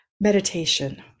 meditation